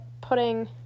putting